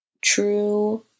True